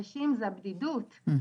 המסגרות שלתוכן המשכת לחיות אם זו הדירה ואם